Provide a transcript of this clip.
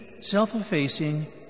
self-effacing